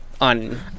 On